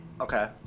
okay